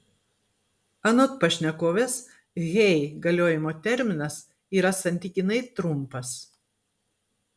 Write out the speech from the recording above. anot pašnekovės hey galiojimo terminas yra santykinai trumpas